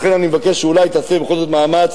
לכן אני מבקש שאולי תעשה בכל זאת מאמץ,